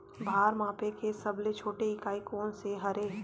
भार मापे के सबले छोटे इकाई कोन सा हरे?